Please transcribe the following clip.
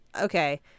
okay